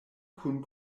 kun